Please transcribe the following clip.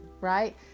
right